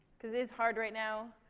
cause it is hard right now.